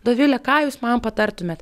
dovile ką jūs man patartumėt